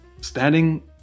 standing